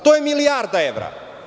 To je milijarda evra.